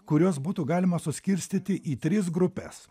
kuriuos būtų galima suskirstyti į tris grupes